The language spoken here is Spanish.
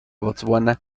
botsuana